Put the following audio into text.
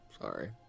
Sorry